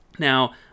Now